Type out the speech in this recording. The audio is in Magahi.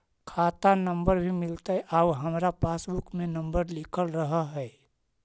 खाता नंबर भी मिलतै आउ हमरा पासबुक में नंबर लिखल रह है?